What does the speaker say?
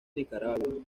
nicaragua